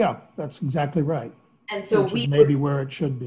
know that's exactly right and so we may be where it should